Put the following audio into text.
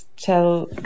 tell